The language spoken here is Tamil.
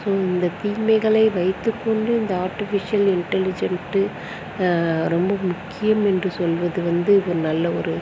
ஸோ இந்த தீமைகளை வைத்து கொண்டு இந்த ஆர்ஃடிபிஷியல் இன்டெலிஜெண்ட்டு ரொம்ப முக்கியம் என்று சொல்வது வந்து ஒரு நல்ல ஒரு